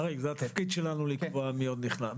אריק, זה התפקיד שלנו לקבוע מי עוד נכלל.